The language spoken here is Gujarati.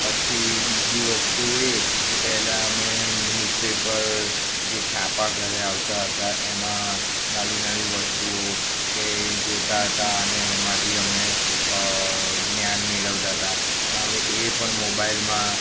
પછી બીજી વસ્તુ એ કે પહેલાં અમે ન્યૂઝપેપર જે છાપા ઘરે આવતા હતા એમાં નવી નવી વસ્તુઓ કે જોતા હતા અને એમાંથી અમે જ્ઞાન મેળવતા હતા પણ હવે એ પણ મોબાઇલમાં